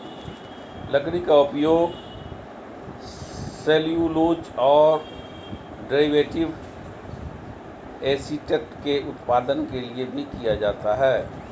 लकड़ी का उपयोग सेल्यूलोज और डेरिवेटिव एसीटेट के उत्पादन के लिए भी किया जाता है